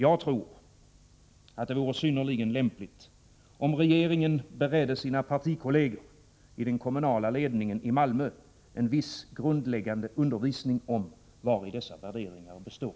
Jag tror att det vore synnerligen lämpligt om regeringen beredde sina partikollegeri den kommunala ledningen i Malmö en viss grundläggande undervisning om vari dessa värderingar består.